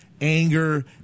anger